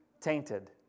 tainted